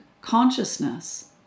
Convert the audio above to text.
consciousness